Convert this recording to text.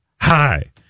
Hi